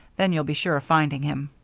then you'll be sure of finding him.